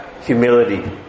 humility